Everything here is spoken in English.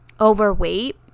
overweight